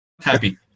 happy